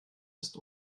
ist